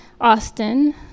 Austin